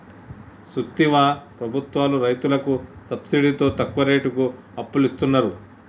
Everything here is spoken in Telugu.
సూత్తివా ప్రభుత్వాలు రైతులకి సబ్సిడితో తక్కువ రేటుకి అప్పులిస్తున్నరు